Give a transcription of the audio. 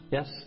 Yes